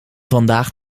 vandaag